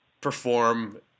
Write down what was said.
perform